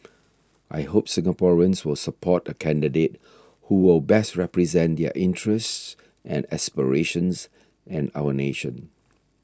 I hope Singaporeans will support the candidate who will best represent their interests and aspirations and our nation